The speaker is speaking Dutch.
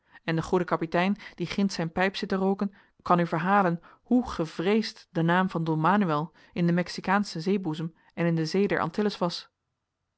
en de goede kapitein die ginds zijn pijp zit te rooken kan u verhalen hoe gevreesd de naam van don manoël in den mexicaanschen zeeboezem en in de zee der antilles was